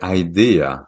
idea